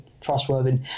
trustworthy